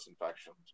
infections